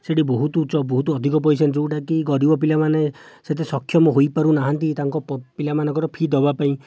ସେ'ଠି ବହୁତ ଉଚ୍ଚ ବହୁତ ଅଧିକ ପଇସା ଯେଉଁଟାକି ଗରିବ ପିଲାମାନେ ସେତେ ସକ୍ଷମ ହୋଇପାରୁ ନାହାନ୍ତି ତାଙ୍କ ପିଲାମାନଙ୍କର ଫି ଦେବା ପାଇଁ